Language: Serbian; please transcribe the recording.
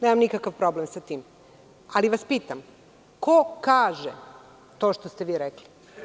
Nemam nikakav problem sa tim, ali vas pitam ko kaže to što ste vi rekli?